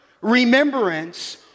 remembrance